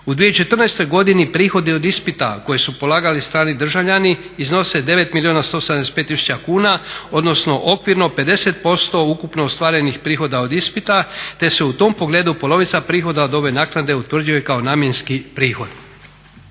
U 2014.godini prihodi od ispita koje su polagali strani državljani iznose 9 milijuna 175 tisuća kuna odnosno okvirno 50% ukupno ostvarenih prihoda od ispita te se u tom pogledu polovica prihoda od ove naknade utvrđuje kao namjenski prihod.